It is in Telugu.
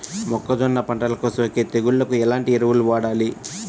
మొక్కజొన్న పంటలకు సోకే తెగుళ్లకు ఎలాంటి ఎరువులు వాడాలి?